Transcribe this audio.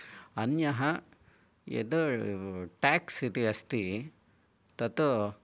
अन्यः यद् टेक्स् इति अस्ति तत्